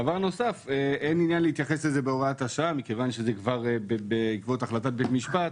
אין שום מחשבה